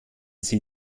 sie